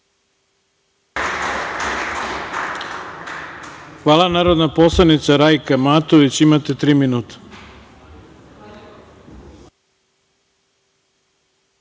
ima narodna poslanica Rajka Matović. Imate tri minuta.